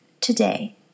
Today